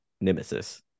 nemesis